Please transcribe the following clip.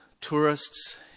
tourists